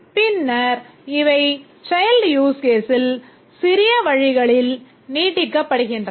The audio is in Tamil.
பின்னர் இவை child use caseல் சிறிய வழிகளில் நீட்டிக்கப்படுகின்றன